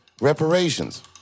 reparations